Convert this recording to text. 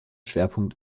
schwerpunkt